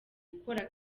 gukora